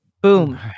boom